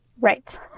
Right